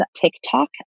TikTok